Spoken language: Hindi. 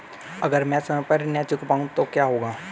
अगर म ैं समय पर ऋण न चुका पाउँ तो क्या होगा?